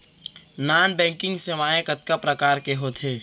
non banking सेवाएं कतका प्रकार के होथे